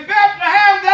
Bethlehem